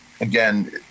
Again